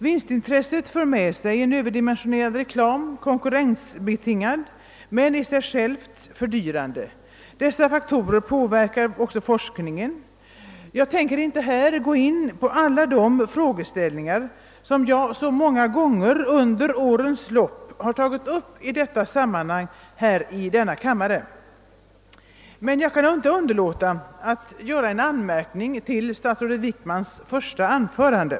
Vinstintresset för nämligen med sig en överdimensionerad och konkurrensbetingad reklam, som i sig själv är fördyrande, en faktor som även påverkar forskningen. Jag tänker här inte ingå på alla de frågeställningar som jag så många gånger under årens lopp har tagit upp i dessa sammanhang, men jag kan inte underlåta att göra en anmärkning till statsrådet Wickmans första anförande.